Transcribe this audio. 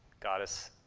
goddess.